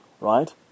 right